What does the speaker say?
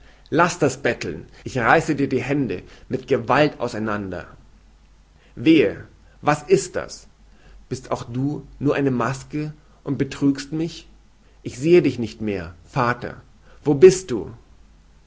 laß das betteln ich reiße dir die hände mit gewalt auseinander wehe was ist das bist auch du nur eine maske und betrügst mich ich sehe dich nicht mehr vater wo bist du